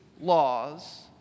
laws